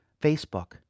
Facebook